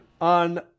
on